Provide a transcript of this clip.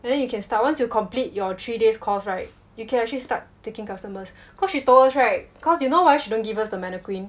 then you can start once you complete your three days course right you can actually start taking customers cause she told us right cause you know why she don't give us the mannequin